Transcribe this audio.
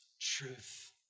truth